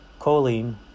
choline